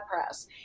press